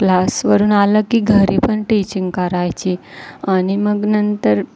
क्लासवरून आलं की घरी पण टीचिंग करायची आणि मग नंतर